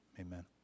amen